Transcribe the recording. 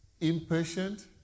impatient